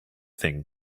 thing